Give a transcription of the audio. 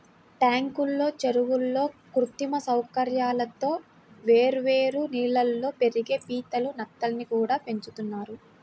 ట్యాంకుల్లో, చెరువుల్లో కృత్రిమ సౌకర్యాలతో వేర్వేరు నీళ్ళల్లో పెరిగే పీతలు, నత్తల్ని కూడా పెంచుతున్నారు